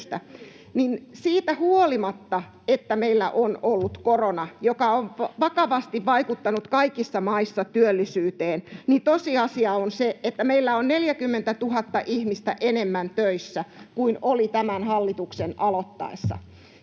siitä huolimatta, että meillä on ollut korona, joka on vakavasti vaikuttanut kaikissa maissa työllisyyteen, tosiasia on se, että meillä on 40 000 ihmistä enemmän töissä kuin oli tämän hallituksen aloittaessa.